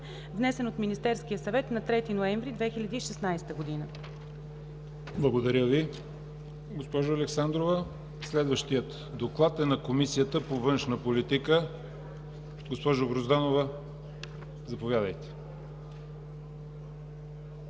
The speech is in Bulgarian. внесен от Министерския съвет на 3 ноември 2016 г.“ ПРЕДСЕДАТЕЛ ЯВОР ХАЙТОВ: Благодаря Ви, госпожо Александрова. Следващият доклад е на Комисията по външна политика. Госпожо Грозданова, заповядайте.